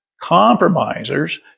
compromisers